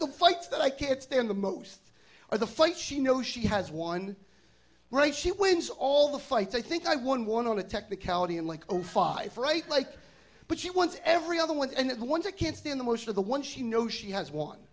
the fights that i can't stand the most are the fights she know she has one right she wins all the fights i think i won one on a technicality and like over five right like but she once every other one and the ones that can't stand the motion of the one she know she has one